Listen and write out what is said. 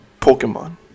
Pokemon